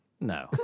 No